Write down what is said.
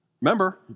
Remember